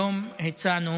היום הצענו